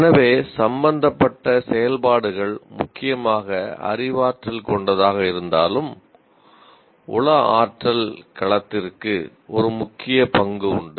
எனவே சம்பந்தப்பட்ட செயல்பாடுகள் முக்கியமாக அறிவாற்றல் கொண்டதாக இருந்தாலும் உள ஆற்றல் களத்திற்கு ஒரு முக்கிய பங்கு உண்டு